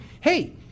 Hey